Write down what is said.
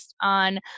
on